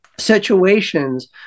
situations